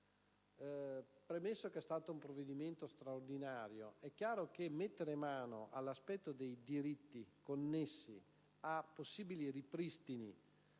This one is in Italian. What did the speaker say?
Premesso che è stato un provvedimento straordinario, è chiaro che mettere mano all'aspetto dei diritti connessi a possibili ripristini